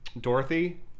Dorothy